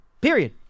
Period